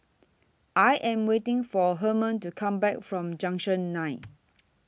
I Am waiting For Hermon to Come Back from Junction nine